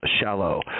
shallow